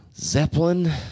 Zeppelin